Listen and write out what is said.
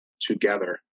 together